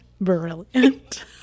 brilliant